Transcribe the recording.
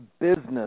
Business